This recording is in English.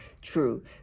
true